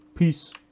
Peace